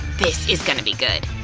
this is gonna be good.